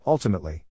Ultimately